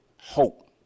hope